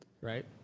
right